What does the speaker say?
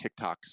TikToks